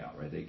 right